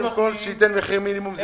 שקודם כל ייתן מחיר מינימום.